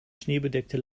schneebedeckte